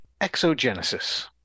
Exogenesis